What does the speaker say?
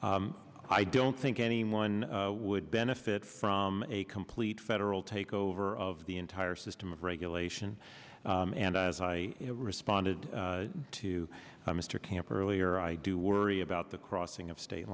i don't think anyone would benefit from a complete federal takeover of the entire system of regulation and as i responded to mr camper earlier i do worry about the crossing of state